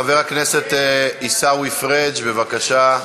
חבר הכנסת עיסאווי פריג', בבקשה.